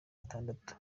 atandatu